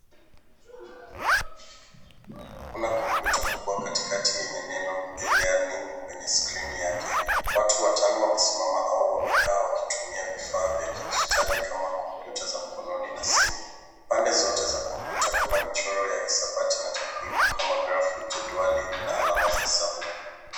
Kuna kompyuta kubwa katikati enye neno Eleani kwenye screen yake, watu watano wamesimama au wamekaa wakitumia vifaa vya kijitali kama kompyuta za mkononi na simu ,pande zote za kompyuta kuna michoro ya hisabati na takwimu kama grafu, jedwali na alama za hesabu.